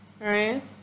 right